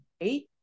eight